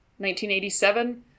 1987